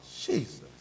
Jesus